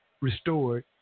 restored